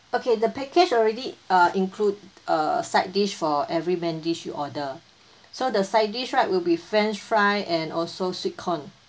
okay the package already uh include uh side dish for every main dish you order so the side dish right will be french fry and also sweet corn